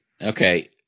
Okay